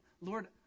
lord